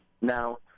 Now